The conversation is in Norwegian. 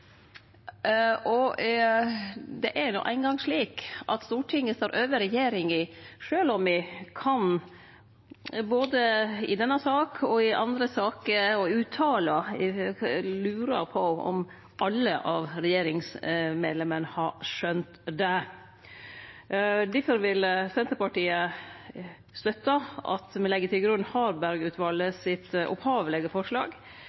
Det er no eingong slik at Stortinget står over regjeringa – sjølv om me både i denne saka, i andre saker og av utsegner kan lure på om alle regjeringsmedlemene har skjønt det. Difor vil Senterpartiet støtte at me legg til grunn Harberg-utvalet sitt opphavelege forslag